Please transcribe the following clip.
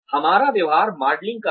हमारा व्यवहार मॉडलिंग का है